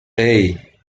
hey